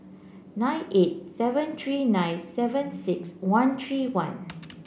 nine eight seven three nine seven six one three one